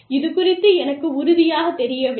இது குறித்து எனக்கு உறுதியாகத் தெரியவில்லை